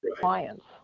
clients